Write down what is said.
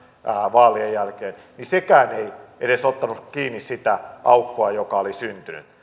vaalien jälkeen niin sekään ei edes ottanut kiinni sitä aukkoa joka oli syntynyt